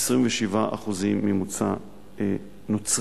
27% ממוצא נוצרי.